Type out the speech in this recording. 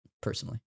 personally